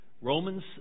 Romans